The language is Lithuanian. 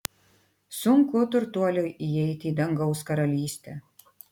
sunku turtuoliui įeiti į dangaus karalystę